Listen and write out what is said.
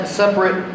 separate